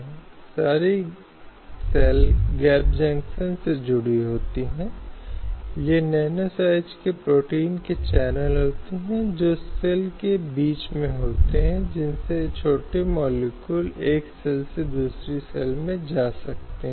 वे अच्छे व्यवहार और अभ्यास के एक भाग के रूप में लगभग देर से आते हैं जिसे बनाए रखा जाना चाहिए या जिसकी देश के प्रत्येक नागरिक से अपेक्षा की जाती है